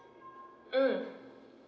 mm